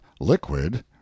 liquid